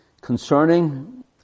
Concerning